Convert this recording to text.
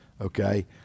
okay